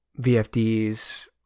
VFDs